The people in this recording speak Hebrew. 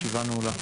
הישיבה נעולה.